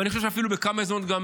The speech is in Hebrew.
ואני חושב שבכמה הזדמנויות גם